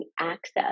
access